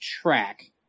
track